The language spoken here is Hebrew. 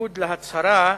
בניגוד להצהרה,